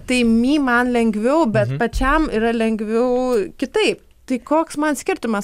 tai mi man lengviau bet pačiam yra lengviau kitaip tai koks man skirtumas